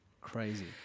Crazy